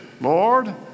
Lord